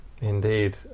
Indeed